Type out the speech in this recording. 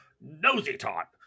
nosy-tot